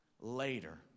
later